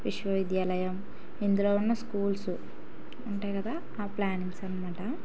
విశ్వవిద్యాలయం ఇందులో ఉన్న స్కూల్స్ ఉంటాయి కదా ఆ ప్లానింగ్స్ అనమాట